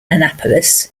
annapolis